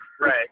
Right